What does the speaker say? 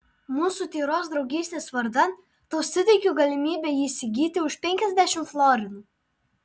mūsų tyros draugystės vardan tau suteikiu galimybę jį įsigyti už penkiasdešimt florinų